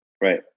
Right